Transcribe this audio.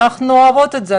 אנחנו אוהבות את זה,